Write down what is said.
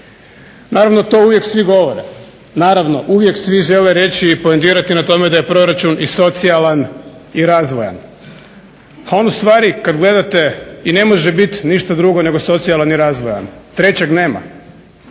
Naravno to uvijek svi govore, naravno uvijek svi žele reći i ponedirati na tome da je proračun i socijalan i razvojan. On ustvari kada gledate i ne može biti ništa drugo nego socijalan i razvojan, trećeg nema.